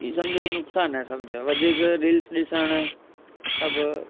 हीउ सम्झ हीउ नुकसान आहे सम्झ वधीक रील्स ॾिसणु सभु